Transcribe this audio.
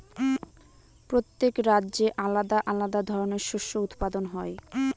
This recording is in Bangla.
প্রত্যেক রাজ্যে আলাদা আলাদা ধরনের শস্য উৎপাদন হয়